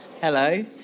Hello